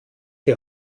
die